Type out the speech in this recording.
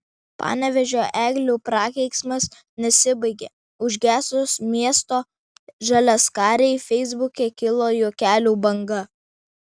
panevėžio eglių prakeiksmas nesibaigia užgesus miesto žaliaskarei feisbuke kilo juokelių banga